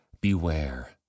Beware